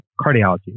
cardiology